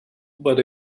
but